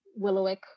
willowick